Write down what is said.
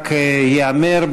רק ייאמר,